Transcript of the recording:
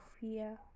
fear